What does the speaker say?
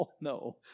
no